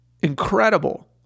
incredible